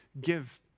give